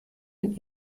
mit